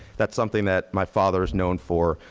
that's something that my father's known for.